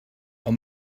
how